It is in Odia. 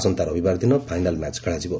ଆସନ୍ତା ରବିବାର ଦିନ ଫାଇନାଲ୍ ମ୍ୟାଚ୍ ଖେଳାଯିବ